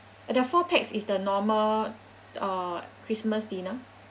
the four pax is the normal uh christmas dinner